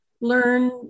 learn